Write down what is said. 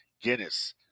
Guinness